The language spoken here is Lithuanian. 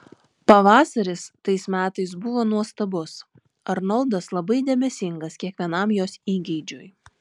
pavasaris tais metais buvo nuostabus arnoldas labai dėmesingas kiekvienam jos įgeidžiui